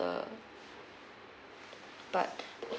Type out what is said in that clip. but